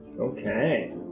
Okay